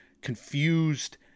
confused